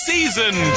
Season